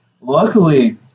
Luckily